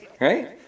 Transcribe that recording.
Right